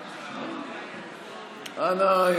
אנא,